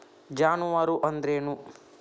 ಜಾನುವಾರು ಅಂದ್ರೇನು?